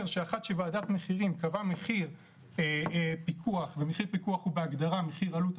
שוועדת מחירים קבעה מחיר פיקוח ומחיר פיקוח בהגדרה הוא מחיר עלות,